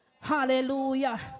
Hallelujah